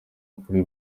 kuri